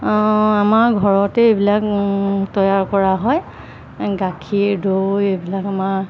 আমাৰ ঘৰতে এইবিলাক তৈয়াৰ কৰা হয় গাখীৰ দৈ এইবিলাক আমাৰ